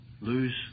lose